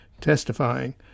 testifying